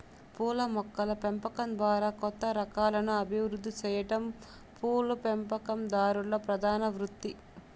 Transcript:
పూల మొక్కల పెంపకం ద్వారా కొత్త రకాలను అభివృద్ది సెయ్యటం పూల పెంపకందారుల ప్రధాన వృత్తి